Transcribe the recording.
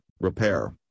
repair